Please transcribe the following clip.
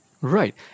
Right